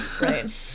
Right